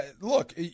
Look